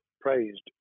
praised